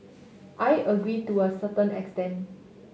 I agree to a certain extent